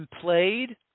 played